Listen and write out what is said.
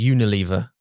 Unilever